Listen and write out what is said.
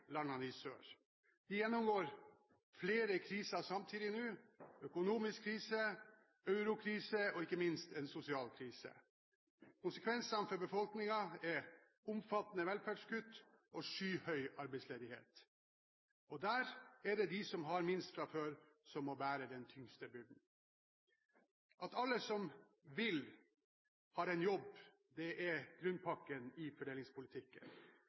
landene i sør. De gjennomgår flere kriser samtidig: økonomisk krise, eurokrise og ikke minst en sosial krise. Konsekvensene for befolkningen er omfattende velferdskutt og skyhøy arbeidsledighet. Og der er det dem som har minst fra før, som må bære den tyngste byrden. At alle som vil, har en jobb, er grunnplanken i fordelingspolitikken.